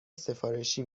سفارشی